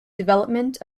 development